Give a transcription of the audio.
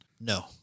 No